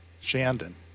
Shandon